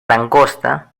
langosta